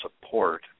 support –